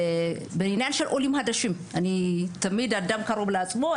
ובעניין של עולים חדשים תמיד אדם קרוב לעצמו,